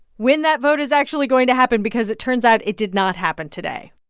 when that vote is actually going to happen because it turns out it did not happen today